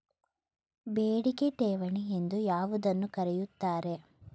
ಬೇಡಿಕೆ ಠೇವಣಿ ಎಂದು ಯಾವುದನ್ನು ಕರೆಯುತ್ತಾರೆ?